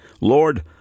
Lord